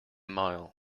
mile